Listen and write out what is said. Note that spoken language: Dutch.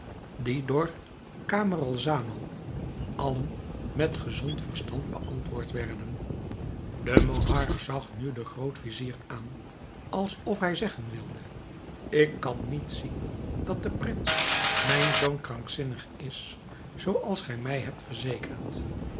die door camaralzaman allen met gezond verstand beantwoord werden de monarch zag nu den groot-vizier aan alsof hij zeggen wilde ik kan niet zien dat de prins mijn zoon krankzinnig is zooals gij mij hebt verzekerd